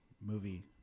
movie